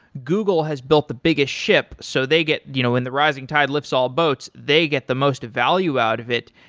google has built the biggest ship, so they get you know when the rising tide lifts all boats, they get the most valuable out of it.